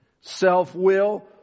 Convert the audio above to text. Self-will